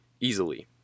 Easily